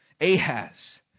Ahaz